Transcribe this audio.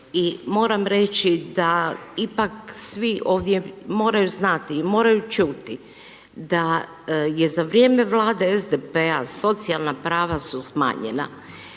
i moram reći da ipak svi ovdje moraju znati i moraju čuti da je za vrijeme vlade SDP-a socijalna prava su smanjena.